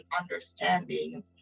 understanding